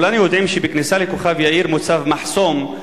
כולנו יודעים שבכניסה לכוכב-יאיר מוצב מחסום,